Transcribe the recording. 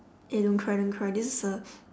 eh don't cry don't cry this is a